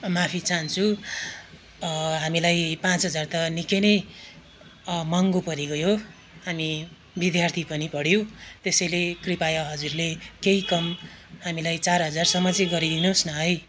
माफी चाहन्छु हामीलाई पाँच हजार त निकै नै महँगो परिगयो अनि विद्यार्थीहरू पनि पर्यौँ त्यसैले कृपया हजुरले केही कम हामीलाई चार हजारसम्म चाहिँ गरिदिनु होस् न है